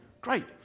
Great